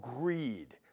greed